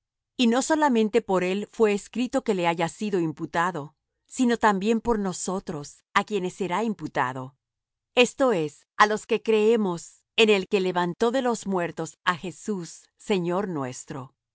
y no solamente por él fué escrito que le haya sido imputado sino también por nosotros á quienes será imputado esto es á los que creemos en el que levantó de los muertos á jesús señor nuestro